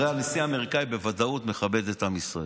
הרי הנשיא האמריקאי בוודאות מכבד את עם ישראל,